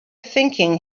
thinking